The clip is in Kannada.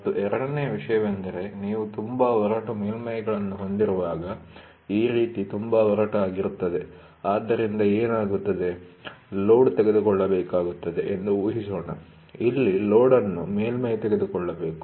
ಮತ್ತು ಎರಡನೆಯ ವಿಷಯವೆಂದರೆ ನೀವು ತುಂಬಾ ಒರಟು ಮೇಲ್ಮೈಗಳನ್ನು ಹೊಂದಿರುವಾಗ ಈ ರೀತಿ ತುಂಬಾ ಒರಟು ಆಗಿರುತ್ತದೆ ಆದ್ದರಿಂದ ಏನಾಗುತ್ತದೆ ಲೋಡ್ ತೆಗೆದುಕೊಳ್ಳಬೇಕಾಗಿದೆ ನಾವು ಊಹಿಸೋಣ ಇಲ್ಲಿ ಲೋಡ್ ಅನ್ನು ಮೇಲ್ಮೈ ತೆಗೆದುಕೊಳ್ಳಬೇಕು